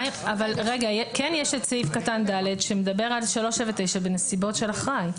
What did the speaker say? יש את סעיף קטן (ד) שמדבר על 379 בנסיבות של אחראי.